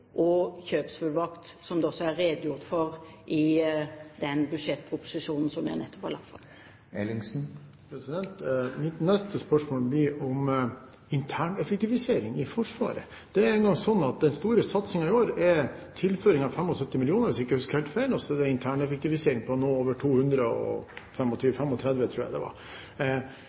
og kjøpsfullmakt. Det er det også redegjort for i den budsjettproposisjonen som jeg nettopp har lagt fram. Mitt neste spørsmål blir om interneffektivisering i Forsvaret. Den store satsingen i år er tilføring av 75 mill. kr – hvis jeg ikke husker helt feil – og så er det interneffektivisering på 235 mill. kr, tror jeg det var. Jeg har oppfattet at det